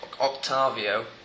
Octavio